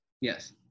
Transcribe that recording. Yes